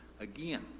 Again